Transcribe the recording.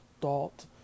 thought